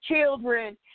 children